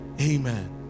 amen